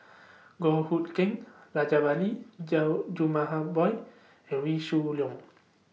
Goh Hood Keng Rajabali and Wee Shoo Leong